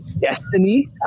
Destiny